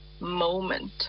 moment